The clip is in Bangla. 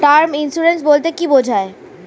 টার্ম ইন্সুরেন্স বলতে কী বোঝায়?